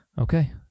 Okay